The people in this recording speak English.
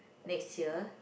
next year